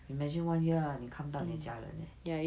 imagine one year ah 你看不到你家人 leh